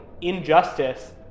injustice